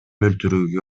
өлтүрүүгө